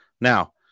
now